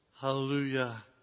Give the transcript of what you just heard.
Hallelujah